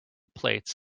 plates